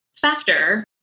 factor